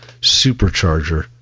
supercharger